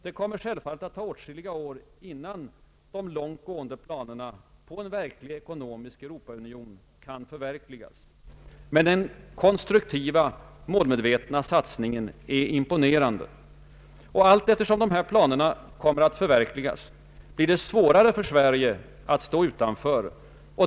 Det kommer självfallet att ta åtskilliga år innan de långtgående planerna på en verklig ekonomisk Europaunion kan förverkligas. Men den konstruktiva målmedvetna satsningen är imponerande. Allteftersom planerna förverkligas kommer det att bli allt svårare för Sverige att stå utanför.